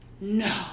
no